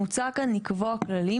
מוצע כאן לקבוע כללים,